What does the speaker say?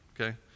okay